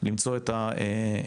למצוא את השליש.